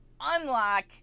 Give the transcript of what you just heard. unlock